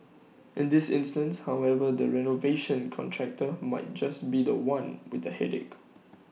in this instance however the renovation contractor might just be The One with the headache